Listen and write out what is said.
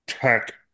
tech